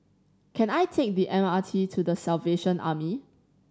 can I take the M R T to The Salvation Army